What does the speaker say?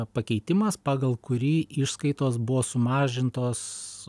pakeitimas pagal kurį išskaitos buvo sumažintos